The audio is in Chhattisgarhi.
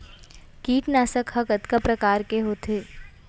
कीटनाशक ह कतका प्रकार के होथे?